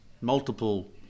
multiple